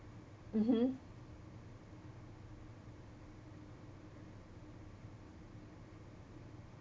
mmhmm